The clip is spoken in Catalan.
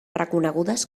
reconegudes